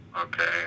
Okay